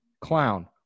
Clown